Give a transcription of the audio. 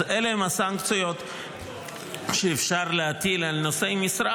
אלה הן הסנקציות שאפשר להטיל על נושאי משרה